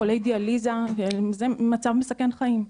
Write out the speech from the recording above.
חולי דיאליזה זה מצב מסכן חיים.